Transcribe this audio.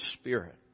Spirit